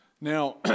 Now